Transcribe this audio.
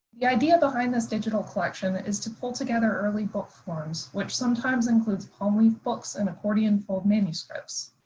the idea behind this digital collection is to pull together early book forms, which sometimes includes palm leaf books and accordion fold manuscripts.